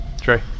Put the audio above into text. Trey